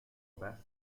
بسه